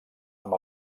amb